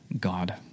God